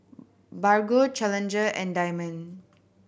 Bargo Challenger and Diamond